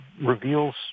reveals